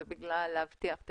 זה בגלל להבטיח את